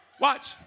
Watch